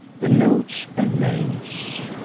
the notes and names,